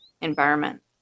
environment